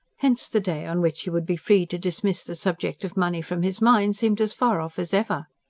hence the day on which he would be free to dismiss the subject of money from his mind seemed as far off as ever.